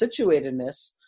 situatedness